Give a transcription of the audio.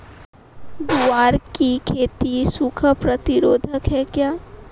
ग्वार की खेती सूखा प्रतीरोधक है क्या?